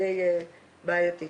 די בעייתית.